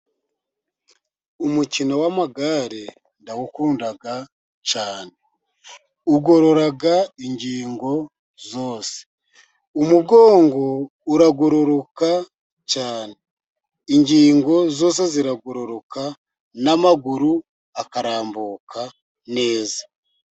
Umukino w'amagare ndawukunda cyane. Ugorora ingingo zose, umugongo uragororoka cyane. Ingingo zose ziragororoka n'amaguru akarambuka neza.